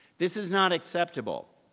this is not acceptable.